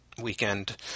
weekend